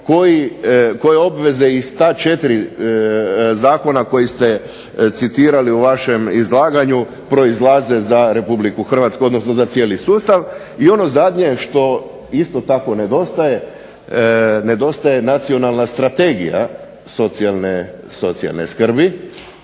koje obveze iz ta 4 zakona koji ste citirali u vašem izlaganju proizlaze za RH, odnosno za cijeli sustav. I ono zadnje što isto tako nedostaje, nedostaje nacionalna strategija socijalne skrbi.